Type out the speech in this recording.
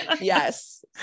Yes